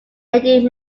eddie